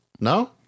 No